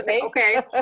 Okay